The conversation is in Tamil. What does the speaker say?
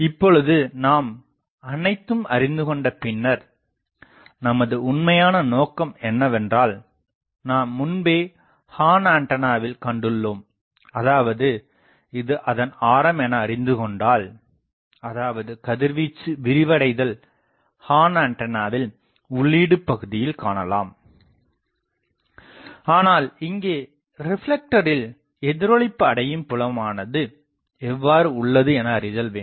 இப்பொழுது நாம் அனைத்தும் அறிந்து கொண்ட பின்னர் நமது உண்மையான நோக்கம் என்னவென்றால் நாம் முன்பே ஹார்ன் ஆண்டனாவில் கண்டுள்ளோம் அதாவது இது அதன் ஆரம் என்ன எனஅறிந்துகொண்டால் அதாவது கதிர்வீச்சு விரிவடைதல் ஹார்ன் ஆண்டனாவில் உள்ளீடு பகுதியில் காணலாம் ஆனால் இங்கே ரிப்லெக்டரில் எதிரொளிப்பு அடையும் புலமானது அப்பேசரில் எவ்வாறு உள்ளது எனஅறிதல் வேண்டும்